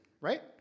right